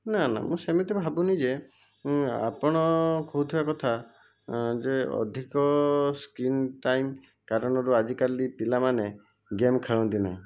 ନା ନା ମୁଁ ସେମିତି ଭାବୁନି ଯେ ଆପଣ କହୁଥିବା କଥା ଯେ ଅଧିକ ସ୍କ୍ରିନ୍ ଟାଇମ୍ କାରଣରୁ ଆଜିକାଲି ପିଲାମାନେ ଗେମ୍ ଖେଳନ୍ତି ନାହିଁ